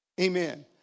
Amen